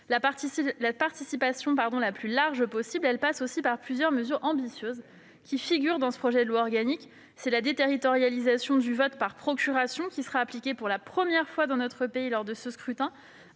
La participation la plus large possible, c'est aussi plusieurs mesures ambitieuses qui figurent dans ce projet de loi organique. Je pense notamment à la déterritorialisation du vote par procuration, qui sera appliquée pour la première fois dans notre pays lors de ce scrutin,